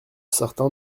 certains